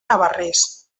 navarrès